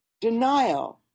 Denial